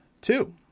two